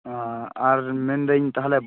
ᱚᱸᱻ ᱟᱨ ᱢᱮᱱᱮᱫᱟᱹᱧ ᱛᱟᱦᱚᱞᱮ